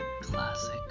classic